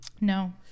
No